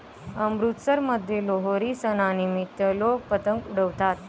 अमृतसरमध्ये लोहरी सणानिमित्त लोक पतंग उडवतात